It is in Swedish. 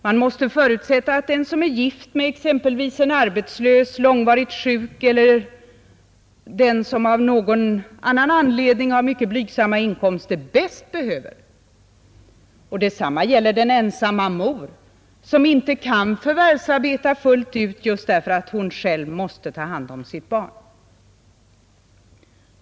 Man måste förutsätta att den som är gift med exempelvis en arbetslös, en långvarigt sjuk eller en som av annan anledning har mycket blygsamma inkomster bäst behöver avdragen. Detsamma gäller en ensam mor, som inte kan förvärvsarbeta fullt ut därför att hon själv måste ta hand om sitt barn.